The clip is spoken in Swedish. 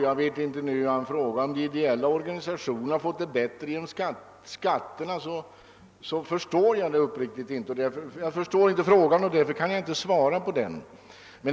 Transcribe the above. Jag vet inte men tror att han frågade om de ideella organisationerna fått det bättre genom skatterna, men i så fall förstår jag uppriktigt sagt inte frågan och kan därför inte svara på den.